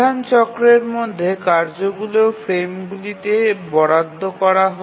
প্রধান চক্রের মধ্যে কার্যগুলি ফ্রেমগুলিতে বরাদ্দ করা হয়